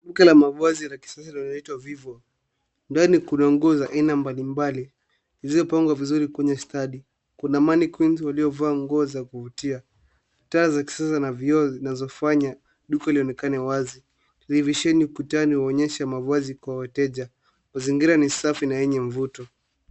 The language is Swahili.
Duka la mavazi la kisasa linaloitwa vivo ndani kuna nguo za aina mbali mbali zilizopangwa vizuri kwenye stadi kuna mannequins waliovaa nguo za kuvutia taa za kisasa na vioo zinazofanya duka lionekane wazi televisheni ukutani huonesha mavazi kwa wateja mazingira ni safi na yenye mvuto.